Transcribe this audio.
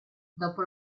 dopo